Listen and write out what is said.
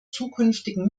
zukünftigen